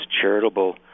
charitable